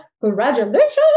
Congratulations